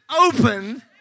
open